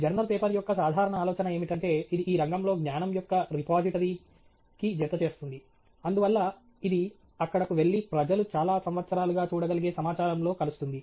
journal paper యొక్క సాధారణ ఆలోచన ఏమిటంటే ఇది ఈ రంగంలో జ్ఞానం యొక్క రిపోజిటరీకి జతచేస్తుంది అందువల్ల ఇది అక్కడకు వెళ్లి ప్రజలు చాలా సంవత్సరాలుగా చూడగలిగే సమాచారంలో కలుస్తుంది